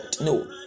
No